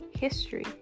history